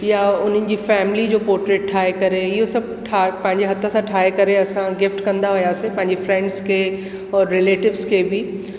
या उन्हनि जी फैमली जो पोट्रेट ठाहे करे इहो सभु ठा पंहिंजे हथ सां ठाहे करे असां गिफ्ट कंदा हुयासीं पंहिंजे फ्रेंड्स खे और रिलेटिव्स खे बि